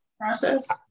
process